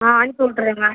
ஆ அனுப்பிவிட்றேங்க